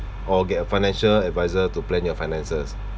or get a financial adviser to plan your finances